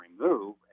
remove